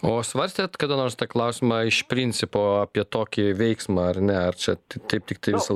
o svarstėt kada nors tą klausimą iš principo apie tokį veiksmą ar ne ar čia taip tiktais